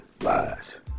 Lies